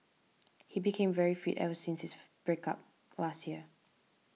he became very fit ever since his break up last year